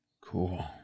Cool